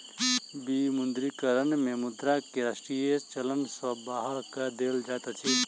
विमुद्रीकरण में मुद्रा के राष्ट्रीय चलन सॅ बाहर कय देल जाइत अछि